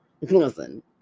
Listen